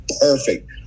perfect